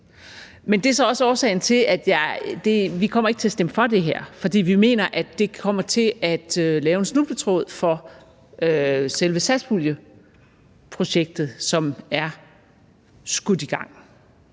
Men det er så også årsagen til, at vi ikke kommer til at stemme for det her, fordi vi mener, at det kommer til at lave en snubletråd for selve satspuljeprojektet, som er skudt i gang.